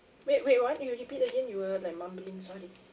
wait wait what can you repeat again you were like mumblings [one]